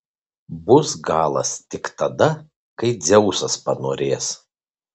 bus galas tik tada kai dzeusas panorės